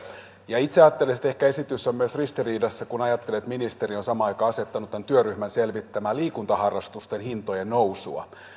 itse ajattelen että ehkä esitys on myös ristiriidassa kun ajattelee että ministeri on samaan aikaan asettanut tämän työryhmän selvittämään liikuntaharrastusten hintojen nousua